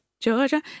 Georgia